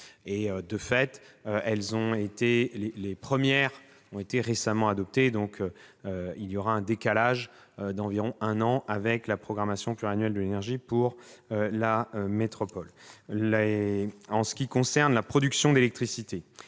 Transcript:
territoire. Les premières ont été récemment adoptées, donc il y aura un décalage d'environ un an avec la programmation pluriannuelle de l'énergie pour la métropole. En ce qui concerne la production d'électricité,